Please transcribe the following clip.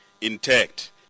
intact